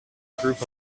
group